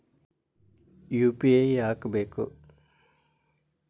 UPI ಯಾಕ್ ಬೇಕು?